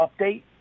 update